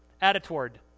attitude